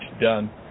done